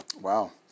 Wow